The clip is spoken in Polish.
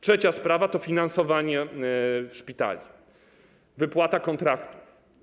Trzecia sprawa to finansowanie szpitali, wypłata kontraktów.